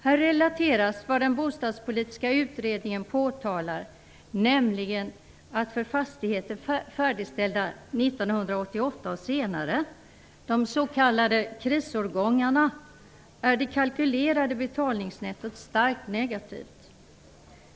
Här relateras vad den bostadspolitiska utredningen påtalar, nämligen att för fastigheter färdigställda 1988 och senare, de s.k. krisårgångarna, är det kalkylerade betalningsnettot starkt negativt.